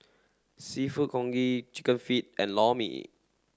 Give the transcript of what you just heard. seafood congee chicken feet and Lor Mee